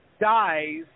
dies